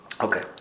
Okay